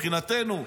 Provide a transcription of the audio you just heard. מבחינתנו,